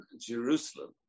Jerusalem